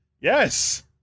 Yes